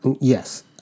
yes